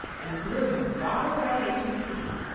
and threw him far away into the sea.